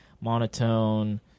monotone